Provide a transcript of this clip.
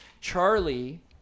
Charlie